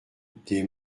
des